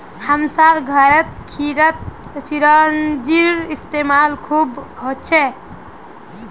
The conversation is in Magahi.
हमसार घरत खीरत चिरौंजीर इस्तेमाल खूब हछेक